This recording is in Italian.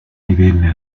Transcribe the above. divenne